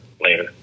later